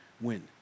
win